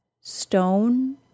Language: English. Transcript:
Stone